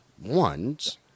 ones